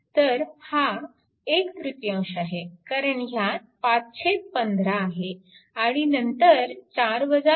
तर हा एक तृतीयांश आहे कारण ह्यात 515 आहे आणि नंतर 4 0